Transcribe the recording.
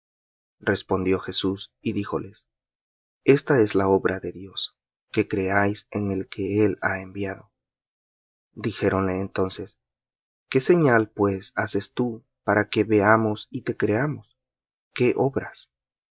respondió jesús y díjoles esta es la obra de dios que creáis en el que él ha enviado dijéronle entonces qué señal pues haces tú para que veamos y te creamos qué obras